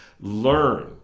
learn